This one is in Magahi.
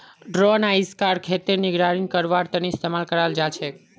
ड्रोन अइजकाल खेतेर निगरानी करवार तने इस्तेमाल कराल जाछेक